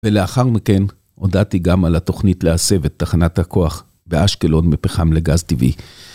ולאחר מכן הודעתי גם על התוכנית להסב את תחנת הכוח באשקלון מפחם לגז טבעי.